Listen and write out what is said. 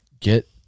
get